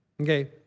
Okay